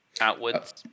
outwards